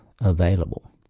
available